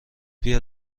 بیا